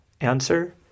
Answer